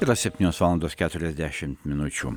yra septynios valandos keturiasdešimt minučių